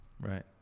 Right